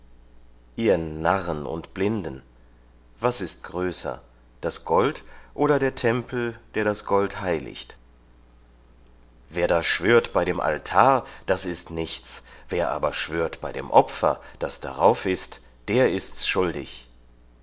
ihr narren und blinden was ist größer das gold oder der tempel der das gold heiligt wer da schwört bei dem altar das ist nichts wer aber schwört bei dem opfer das darauf ist der ist's schuldig